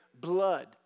blood